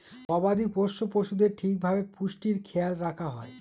গবাদি পোষ্য পশুদের ঠিক ভাবে পুষ্টির খেয়াল রাখা হয়